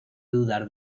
dudar